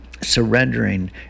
surrendering